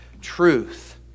truth